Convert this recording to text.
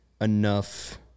enough